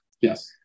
Yes